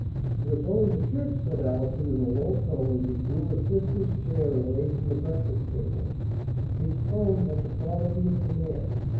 we're going to church, said allison in a low tone as he drew his sister's chair away from the breakfast-table. his tone had the quality of command.